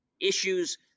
issues